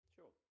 Sure